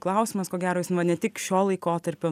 klausimas ko gero ne tik šio laikotarpio